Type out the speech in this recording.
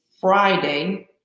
Friday